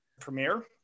premiere